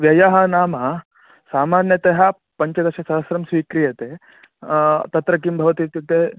व्ययः नाम सामान्यतः पञ्चदशसहस्रं स्वीक्रियते तत्र किं भवति इत्युक्ते